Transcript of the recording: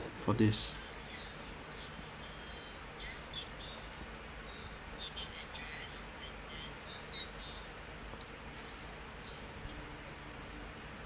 for this